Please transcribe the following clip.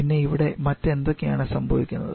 പിന്നെ ഇവിടെ മറ്റ് എന്തൊക്കെയാണ് സംഭവിക്കുന്നത്